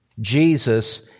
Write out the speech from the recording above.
Jesus